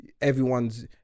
everyone's